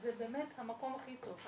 שזה המקום הכי טוב.